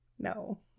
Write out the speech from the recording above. No